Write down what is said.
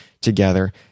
together